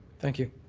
thank you.